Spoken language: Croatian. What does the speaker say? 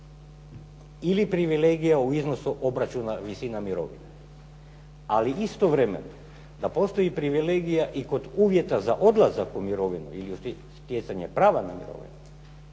ili privilegije u iznosu obračuna visina mirovina. Ali istovremeno da postoji privilegija i kod uvjeta za odlazak u mirovinu ili stjecanje prava na mirovinu